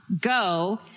go